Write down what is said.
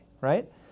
right